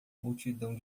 multidão